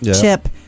chip